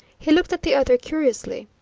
he looked at the other curiously.